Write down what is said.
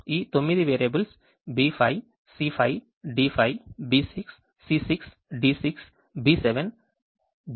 ఈ 9 variables B5 C5 D5 B6 C6 D6 B7 B7 మరియు D7